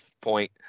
point